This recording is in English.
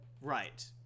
Right